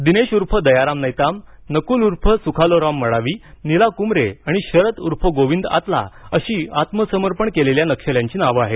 दिनेश उर्फ दयाराम नैताम नकुल उर्फ सुखालूराम मडावी निला कुमरे आणि शरद उर्फ गोविंदा आतला अशी आत्मसमर्पण केलेल्या नक्षल्यांची नावं आहेत